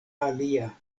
alia